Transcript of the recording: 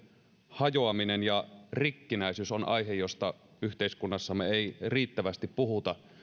hajoaminen ja rikkinäisyys on aihe josta yhteiskunnassamme ei riittävästi puhuta